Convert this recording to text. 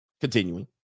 Continuing